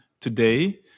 today